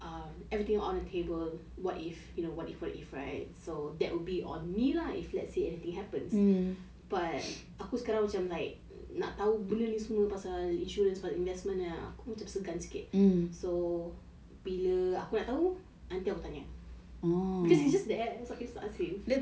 um everything on the table what if you know what if what if right so that would be on me lah if let's say anything happens but aku sekarang macam like nak tahu benda ni semua pasal insurance investment aku macam segan sikit so bila aku nak tahu nanti aku tanya because it's just that that's why can you stop asking